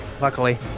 Luckily